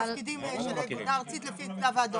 כל התפקידים --- לפי הצלב האדום.